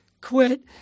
quit